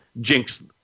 jinx